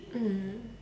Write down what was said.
mm